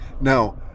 Now